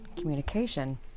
communication